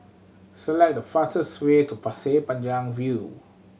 select the fastest way to Pasir Panjang View